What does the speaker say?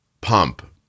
pump